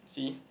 see